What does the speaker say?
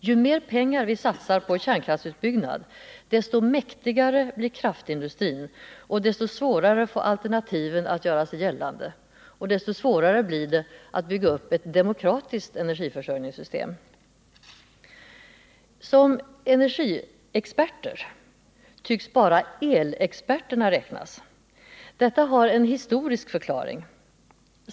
Ju mer pengar vi satsar på kärnkraftsutbyggnad, desto mäktigare blir kraftindustrin och desto svårare får alternativen att göra sig gällande och desto svårare blir det att bygga upp ett demokratiskt energiförsörjningssystem. Som energiexperter tycks bara elexperterna räknas. Det har en historisk förklaring.